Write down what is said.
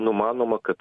numanoma kad